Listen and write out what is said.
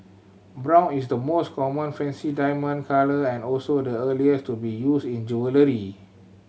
brown is the most common fancy diamond colour and also the earliest to be used in jewellery